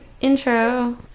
intro